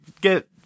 get